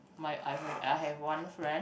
my I have a I have one friend